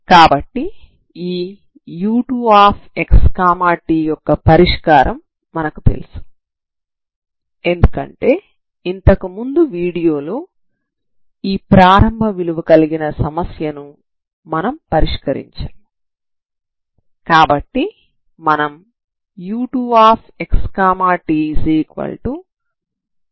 కాబట్టి ఈ u2xt యొక్క పరిష్కారం మనకు తెలుసు ఎందుకంటే ఇంతకుముందు వీడియోలో ఈ ప్రారంభ విలువ కలిగిన సమస్య ను మనం పరిష్కరించాము